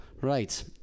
Right